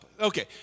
Okay